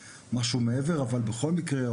אבל בכל מקרה,